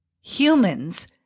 Humans